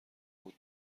بود